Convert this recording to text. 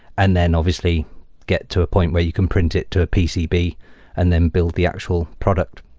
and then obviously get to a point where you can print it to a pcb and then build the actual product.